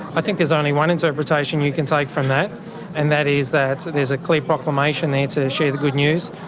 i think there's only one interpretation you can take from that and that is that there's a clear proclamation there to share the good news.